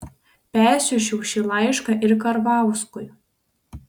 persiųsčiau šį laišką ir karvauskui